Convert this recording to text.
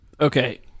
Okay